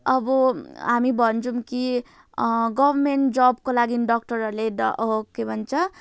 अब हामी भन्छौँ कि गभर्मेन्ट जबको लागि डक्टरहरूले ड के भन्छ